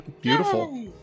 Beautiful